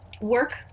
Work